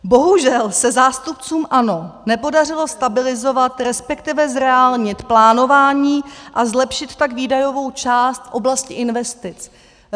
Bohužel se zástupcům ANO nepodařilo stabilizovat, respektive zreálnit, plánování a zlepšit tak výdajovou část v oblasti investic.